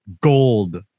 gold